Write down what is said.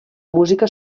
música